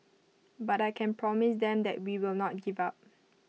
but I can promise them that we will not give up